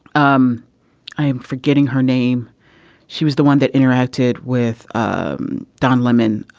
um i am forgetting her name she was the one that interacted with um don lemon